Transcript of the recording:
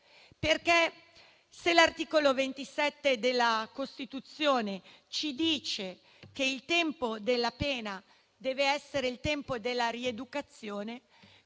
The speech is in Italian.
giusta. Se l'articolo 27 della Costituzione stabilisce che il tempo della pena deve essere il tempo della rieducazione,